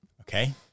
Okay